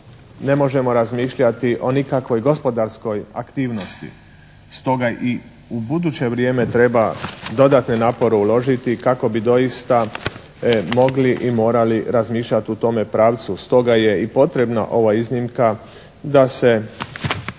ne možemo razmišljati o nikakvoj gospodarskoj aktivnosti. Stoga i u buduće vrijeme treba dodatne napore uložiti kako bi doista mogli i morali razmišljati u tome pravcu. Stoga je i potrebna ova iznimka da se